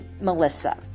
Melissa